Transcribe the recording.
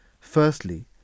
Firstly